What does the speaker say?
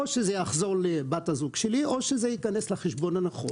או שזה יחזור לבת זוגי או שזה ייכנס לחשבון הנכון.